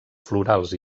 florals